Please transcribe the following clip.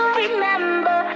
remember